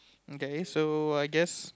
okay so I guess